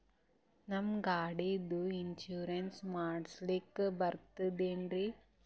ನಮ್ಮ ಗಾಡಿದು ಇನ್ಸೂರೆನ್ಸ್ ಮಾಡಸ್ಲಾಕ ಬರ್ತದೇನ್ರಿ?